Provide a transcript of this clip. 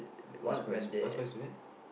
pass by pass by where